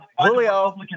Julio